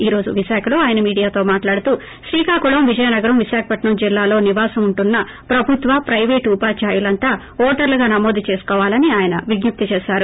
ఈ రోజు విశాఖలో ఆయన మీడియాతో మాట్లాడుతూ శ్రీకాకుళం విజయనగరం విశాఖపట్నం జిల్లాల్లో నివాసం ఉంటున్న ప్రభుత్వ ప్రైవేటు ఉపాధ్యాయులంతా ఓటర్లుగా నమోదు చేసుకోవాలని ఆయన విజ్ణప్తి చేశారు